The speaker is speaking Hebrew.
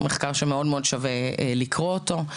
מחקר שמאוד שווה לקרוא אותו.